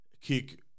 kick